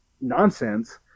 nonsense